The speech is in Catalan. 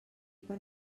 per